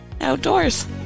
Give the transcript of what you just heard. outdoors